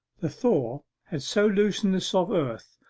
the thaw had so loosened the soft earth,